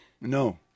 No